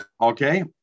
Okay